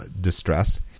distress